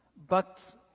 but